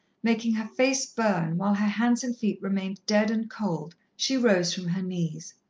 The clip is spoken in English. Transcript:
making her face burn, while her hands and feet remained dead and cold, she rose from her knees.